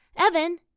Evan